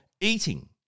eating